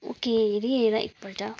okay हेरिहेर एकपल्ट